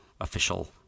official